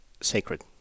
sacred